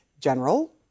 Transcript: General